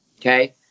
okay